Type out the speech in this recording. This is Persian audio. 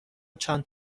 چند